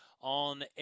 on